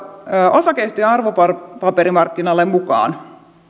osakeyhtiö ja arvopaperimarkkinalain mukaan